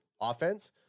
offense